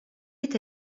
est